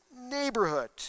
neighborhood